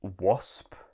wasp